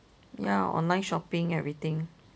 ya online shopping everything